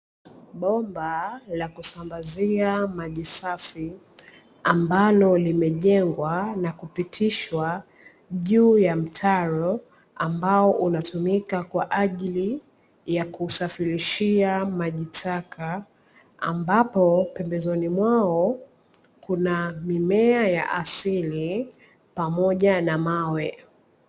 Bomba la kusambazia maji safi ambalo limejengwa na kupitishwa juu ya mtaro ambao unatumika kwa ajili ya kusafirishia maji taka, ambapo pembezoni mwake kuna mimea ya asili pamoja na mawe.